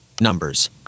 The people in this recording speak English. numbers